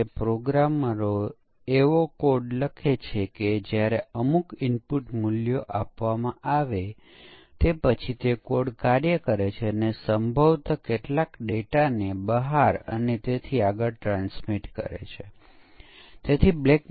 હવે ચાલો જોઈએ આપણે કેવી રીતે યુનિટ પરીક્ષણ માટે પરીક્ષણના કેસો ડિઝાઇન કરીએ છીએ